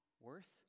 worse